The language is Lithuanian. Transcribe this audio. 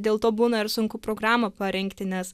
dėl to būna ir sunku programą parengti nes